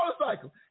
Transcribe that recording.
motorcycle